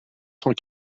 cent